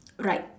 right